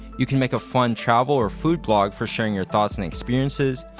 you can make a fun travel or food blog for sharing your thoughts and experiences.